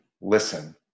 Listen